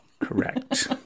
Correct